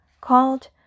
called